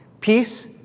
Peace